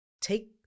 Take